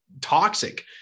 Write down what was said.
toxic